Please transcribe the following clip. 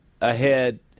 ahead